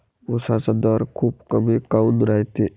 उसाचा दर खूप कमी काऊन रायते?